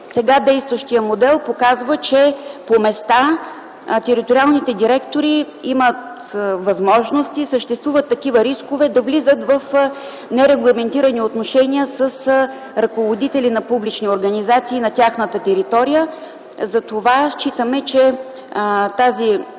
сега действащия модел показва, че по места териториалните директори имат възможности, съществуват рискове да влизат в нерегламентирани отношения с ръководители на публични организации на тяхната територия. Затова считаме, че тази